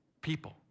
people